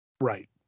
Right